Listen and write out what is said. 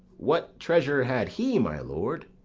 what treasure had he, my lord?